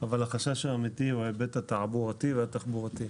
אבל החשש האמתי הוא בהיבט התעבורתי והתחבורתי.